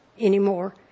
anymore